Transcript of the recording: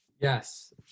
Yes